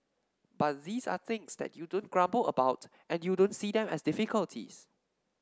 but these are things that you don't grumble about and you don't see them as difficulties